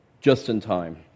just-in-time